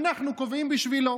אנחנו קובעים בשבילו,